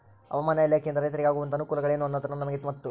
ಹವಾಮಾನ ಇಲಾಖೆಯಿಂದ ರೈತರಿಗೆ ಆಗುವಂತಹ ಅನುಕೂಲಗಳೇನು ಅನ್ನೋದನ್ನ ನಮಗೆ ಮತ್ತು?